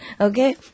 okay